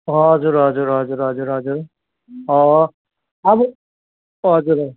हजुर हजुर हजुर हजुर हजुर अब हजुर